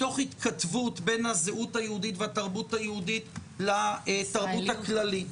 מתוך התכתבות בין הזהות היהודית והתרבות היהודית לתרבות הכללית.